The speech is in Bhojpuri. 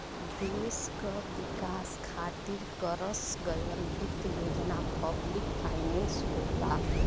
देश क विकास खातिर करस गयल वित्त योजना पब्लिक फाइनेंस होला